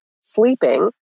sleeping